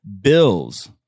bills